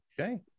okay